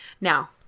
Now